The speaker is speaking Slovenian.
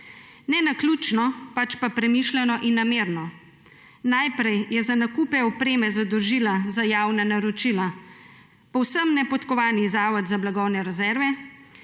Ne naključno, pač pa premišljeno in namerno. Najprej je za nakupe opreme zadolžila za javna naročila povsem nepodkovani Zavod za blagovne rezerve,